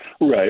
right